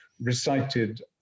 recited